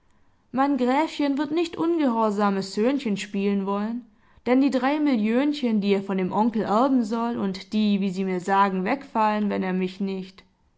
mein gräfchen wird nicht ungehorsames söhnchen spielen wollen denn die drei milliönchen die er von dem onkel erben soll und die wie sie mir sagen wegfallen wenn er mich nicht sorben